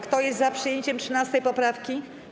Kto jest za przyjęciem 13. poprawki?